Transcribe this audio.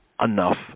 enough